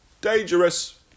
dangerous